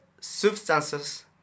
substances